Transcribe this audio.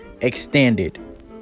extended